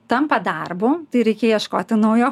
tampa darbu tai reikia ieškoti naujo